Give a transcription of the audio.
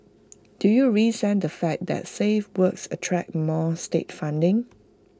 do you resent the fact that safe works attract more state funding